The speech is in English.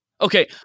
okay